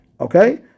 Okay